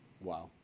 Wow